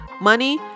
Money